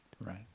Right